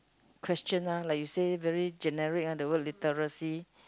question lah like you said very generic lah the word literacy